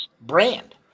brand